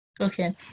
Okay